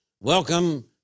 Welcome